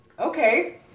okay